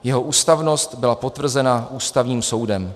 Jeho ústavnost byla potvrzena Ústavním soudem.